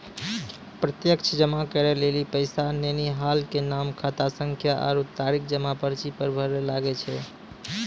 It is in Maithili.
प्रत्यक्ष जमा करै लेली पैसा लेनिहार के नाम, खातासंख्या आरु तारीख जमा पर्ची पर भरै लागै छै